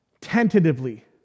tentatively